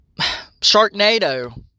Sharknado